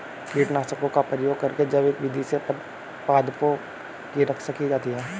कीटनाशकों का प्रयोग करके जैविक विधि से पादपों की रक्षा की जाती है